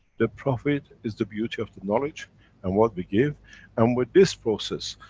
the profit is the beauty of the knowledge and what we give and with this process,